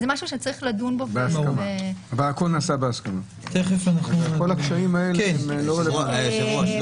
אבל הכול נעשה בהסכמה אז כל הקשיים האלה לא רלוונטיים.